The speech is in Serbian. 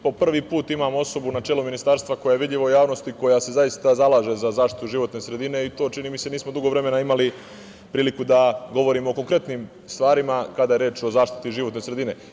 Po prvi put imam osobu na čelu Ministarstva koja je vidljiva javnosti, koja se zaista zalaže za zaštitu životne sredine i to čini mi se nismo dugo vremena imali priliku da govorimo o konkretnim stvarima kada je reč o zaštiti životne sredine.